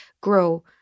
Grow